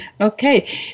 Okay